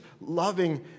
loving